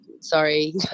sorry